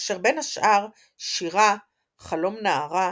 כאשר בין השאר שירה "חלום נערה"